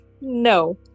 No